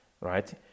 Right